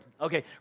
Okay